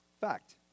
Fact